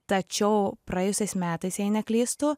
tačiau praėjusiais metais jei neklystu